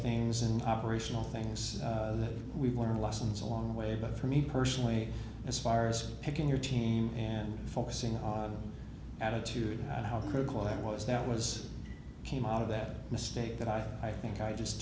things and operational things that we've learned lessons along the way but for me personally as far as picking your team and focusing on attitude about how critical that was that was came out of that mistake that i think i just